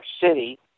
City